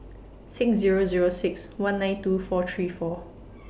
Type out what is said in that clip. six Zero Zero six one nine two four three four